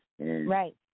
Right